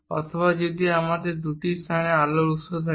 অথবা যদি আমাদের দুটি স্থানে আলোর উত্স থাকে